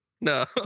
No